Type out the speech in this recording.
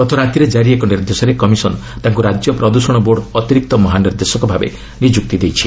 ଗତରାତିରେ ଜାରି ଏକ ନିର୍ଦ୍ଦେଶରେ କମିଶନ ତାଙ୍କୁ ରାଜ୍ୟ ପ୍ରଦୃଷଣ ବୋର୍ଡ ଅତିରିକ୍ତ ମହାନିର୍ଦ୍ଦେଶକ ଭାବେ ନିଯୁକ୍ତି ଦେଇଛି